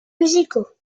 musicaux